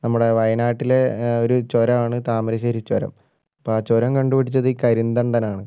നമ്മുടെ വയനാട്ടിലെ ഒരു ചുരമാണ് താമരശ്ശേരി ചുരം അപ്പോൾ ആ ചുരം കണ്ടുപിടിച്ചത് കരിന്തണ്ടനാണ്